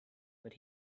but